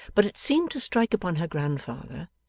but it seemed to strike upon her grandfather,